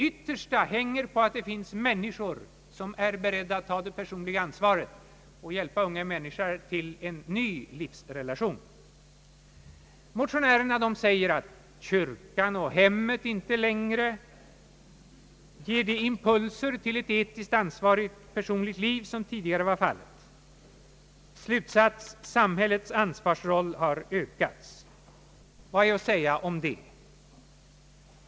Ytterst hänger det i stället på att det finns människor som är beredda att ta det personliga ansvaret och hjälpa unga människor till en ny livsrelation. Motionärerna säger att kyrkan och hemmet inte längre ger de impulser till ett etiskt ansvarigt personligt liv som tidigare var fallet. Slutsats: samhällets ansvarsroll har ökats. Vad är att säga härom?